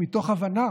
מתוך הבנה